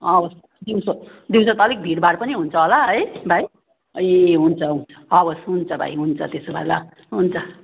हवस् दिउँसो दिउँसो त अलिक भिडभाड पनि हुन्छ होला है भाइ ए हुन्छ हुन्छ हवस् हुन्छ भाइ हुन्छ त्यसो भए ल हुन्छ